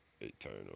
eternal